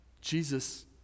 Jesus